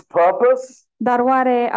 purpose